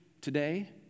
today